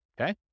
okay